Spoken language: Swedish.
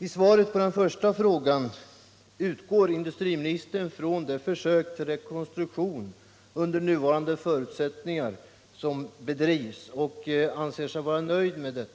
I svaret på den första frågan utgår industriministern från det försök till rekonstruktion med nuvarande förutsättningar som bedrivs, och han anser sig vara nöjd med det.